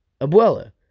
Abuela